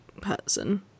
person